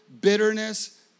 bitterness